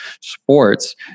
sports